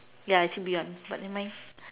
ya should be ah but never mind